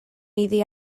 iddi